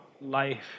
life